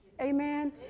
Amen